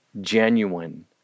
genuine